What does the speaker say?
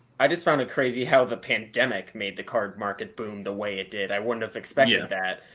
i just found it crazy how the pandemic made the card market boom the way it did. i wouldn't have expected that.